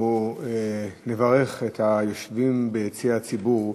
נברך את היושבים ביציע הציבור,